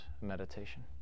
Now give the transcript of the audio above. meditation